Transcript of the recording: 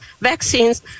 vaccines